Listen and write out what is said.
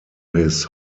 his